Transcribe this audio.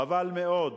חבל מאוד,